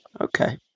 Okay